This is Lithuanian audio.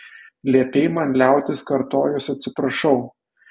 liepei man liautis kartojus atsiprašau